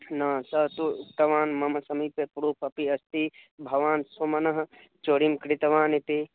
न सः तु उक्तवान् मम समीपे प्रूफ़् अपि अस्ति भवान् सुमनः चौर्यं कृतवानिति